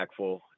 impactful